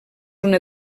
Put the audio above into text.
una